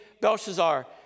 Belshazzar